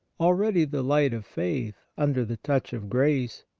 already the light of faith, under the touch of grace,